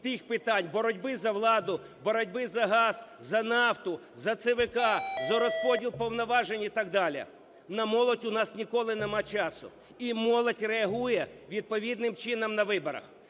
тих питань: боротьби за владу, боротьби за газ, за нафту, за ЦВК, за розподіл повноважень і так далі. На молодь у нас ніколи немає часу. І молодь реагує відповідним чином на виборах.